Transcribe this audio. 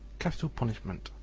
capital punishment,